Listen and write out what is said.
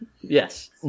Yes